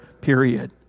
period